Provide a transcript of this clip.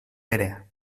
pere